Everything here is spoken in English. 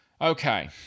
Okay